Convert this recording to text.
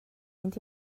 mynd